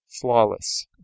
flawless